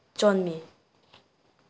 ꯆꯣꯟꯃꯤ